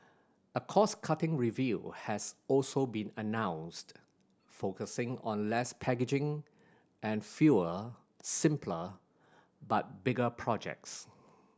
a cost cutting review has also been announced focusing on less packaging and fewer simpler but bigger projects